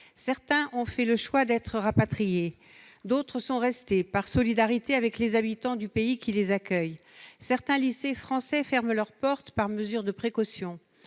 Certains ont fait le choix d'être rapatriés. D'autres sont restés, par solidarité avec les habitants du pays qui les accueille ... Certains lycées français ferment leurs portes par mesure de précaution.